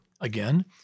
Again